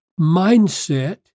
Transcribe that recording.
mindset